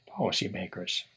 policymakers